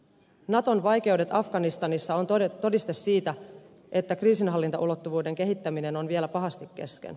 naton vaikeudet afganistanissa ovat todiste siitä että kriisinhallintaulottuvuuden kehittäminen on vielä pahasti kesken